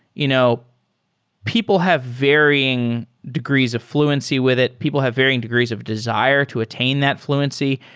you know people have varying degrees of fluency with it. people have varying degrees of desire to attain that fluency.